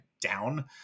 down